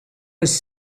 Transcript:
was